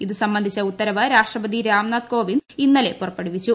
ഇത് സംബന്ധിച്ച ഉത്തരവ് രാഷ്ട്രപതി രാംനാഥ് കോവിന്ദ് ഇന്നലെ പുറപ്പെടുവിച്ചു